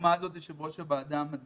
הדוגמה הזו של יושבת-ראש הוועדה בדיוק